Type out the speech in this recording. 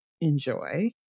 enjoy